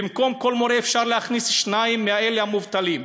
במקום כל מורה אפשר להכניס שניים מאלה המובטלים.